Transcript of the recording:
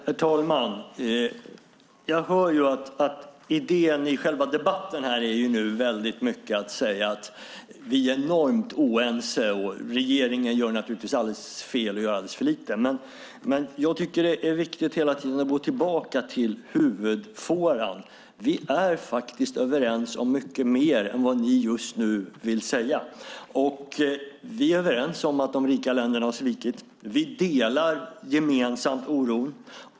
Herr talman! Jag hör ju att idén i själva debatten nu är väldigt mycket att säga att vi är enormt oense och att regeringen naturligtvis gör fel och alldeles för lite. Men jag tycker att det är viktigt att gå tillbaka till huvudfåran. Vi är faktiskt överens om mycket mer än vad ni just nu vill säga. Vi är överens om att de rika länderna har svikit. Vi delar gemensamt oron.